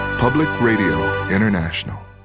public radio international.